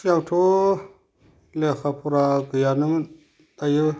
सिगाङावथ' लेखा फरा गैयानोमोन दायो